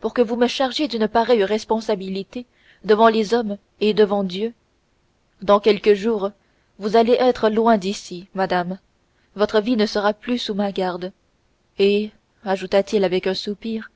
pour que vous me chargiez d'une pareille responsabilité devant les hommes et devant dieu dans quelques jours vous allez être loin d'ici madame votre vie ne sera plus sous ma garde et ajouta-t-il avec un soupir